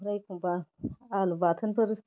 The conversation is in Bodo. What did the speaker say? ओमफ्राय एख'म्बा आलु बाथोनफोर